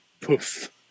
Poof